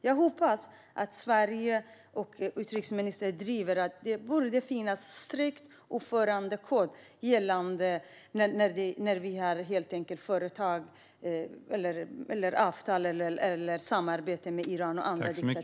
Jag hoppas att Sverige och utrikesministern driver att det borde finnas en strikt uppförandekod som gäller för företag, avtal eller samarbete med Iran och andra diktaturer.